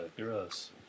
gross